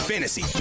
Fantasy